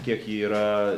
kiek yra